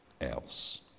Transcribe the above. else